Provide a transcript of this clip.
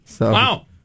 Wow